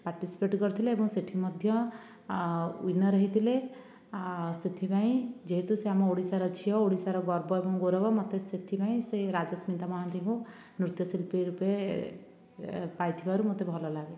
participate କରିଥିଲେ ଏବଂ ସେଇଠି ମଧ୍ୟ ୱିନର୍ ହୋଇଥିଲେ ସେଥିପାଇଁ ଯେହେତୁ ସିଏ ଆମ ଓଡ଼ିଶାର ଝିଅ ଓଡ଼ିଶାର ଗର୍ବ ଏବଂ ଗୌରବ ଏବଂ ମୋତେ ସେଥିପାଇଁ ସିଏ ରାଜସ୍ମିତା ମହାନ୍ତିଙ୍କୁ ନୃତ୍ୟଶିଳ୍ପୀ ରୂପେ ପାଇଥିବାରୁ ମୋତେ ଭଲ ଲାଗେ